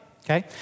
Okay